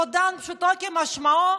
רודן פשוטו כמשמעו,